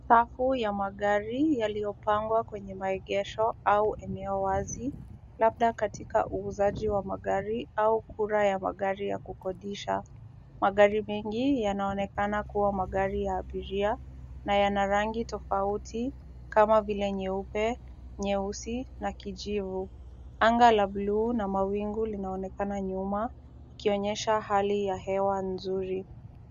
Safu ya magari yalipopangwa kwenye maegesho au kwenye maeneo wazi labda katika uuzaji wa magari au kula ya magari ya kukodisha. Magari mengi yanaonekana kuwa magari ya abiria na yana rangi tofauti kama vile nyeupe, nyeusi na kijivu. Anga la bluu na mawingu linaonekana nyuma, ikionyesha hali ya hewa nzuri.